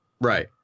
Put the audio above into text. right